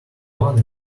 one